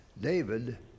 David